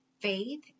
faith